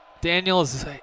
Daniels